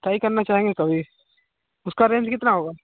try करना चाहेंगे कभी उसका रेन्ज कितना होगा